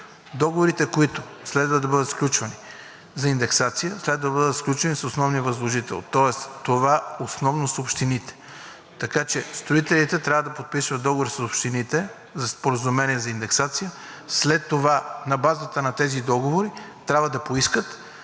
Договорите, които следва да бъдат сключвани за индексация, следва да бъдат сключени с основния възложител. Тоест това основно са общините. Така че строителите трябва да подписват договори с общините за споразумение за индексация. След това, на базата на тези договори трябва да поискат